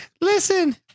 Listen